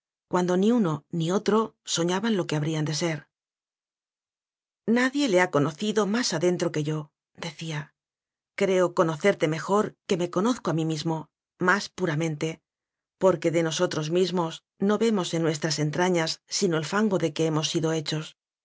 cuando ni un'o ni otro soñaban lo que habrían de ser nadie le ha conocido más adentro que yo decía creo conocerte mejor que me co nozco a mí mismo más puramente porque de nosotros mismos no vemos en nuestras entrañas sino el fango de que hemos sido hechos